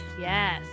yes